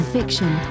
Fiction